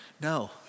No